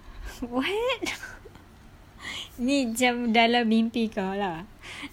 what ni macam dalam mimpi kau lah